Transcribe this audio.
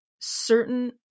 certain